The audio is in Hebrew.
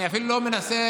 אני אפילו לא מנסה,